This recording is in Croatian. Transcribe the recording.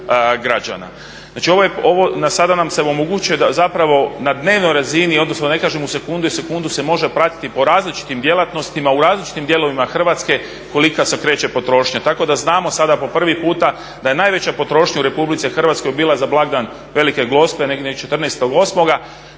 Znači, ovo sada nam se omogućuje da zapravo na dnevnoj razini odnosno da ne kažem iz sekunde u sekundu se može pratiti po različitim djelatnostima u različitim dijelovima Hrvatske kolika se kreće potrošnja. Tako da znamo sada po prvi puta da je najveća potrošnja u RH bila za blagdan Velike gospe, 14.08.,